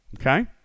Okay